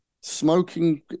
smoking